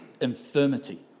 infirmity